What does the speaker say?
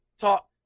talk